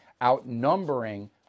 outnumbering